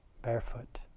barefoot